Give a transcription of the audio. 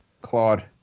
Claude